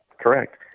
Correct